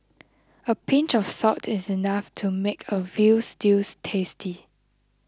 a pinch of salt is enough to make a Veal Stews tasty